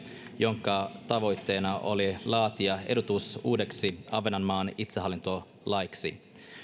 jonka tavoitteena oli laatia ehdotus uudeksi ahvenanmaan itsehallintolaiksi